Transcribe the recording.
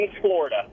Florida